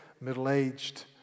middle-aged